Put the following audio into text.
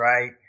right